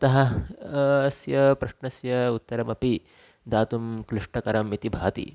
अतः अस्य प्रश्नस्य उत्तरमपि दातुं क्लिष्टकरम् इति भाति